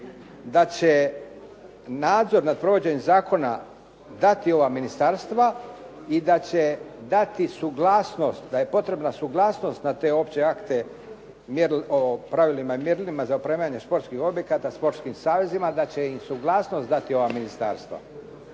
da će nadzor nad provođenjem zakona dati ova ministarstva i da će dati suglasnost, da je potrebna suglasnost na te opće akte o pravilima i mjerilima za opremanje sportskih objekata, sportskim savezima, da će im suglasnost dati ova ministarstva.